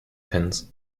pins